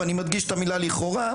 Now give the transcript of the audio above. ואני מדגיש את המילה לכאורה,